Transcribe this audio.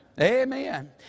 Amen